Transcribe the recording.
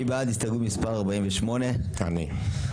חוק להחלת ריבונות בבקעת הירדן.